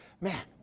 Man